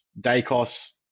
Dacos